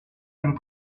and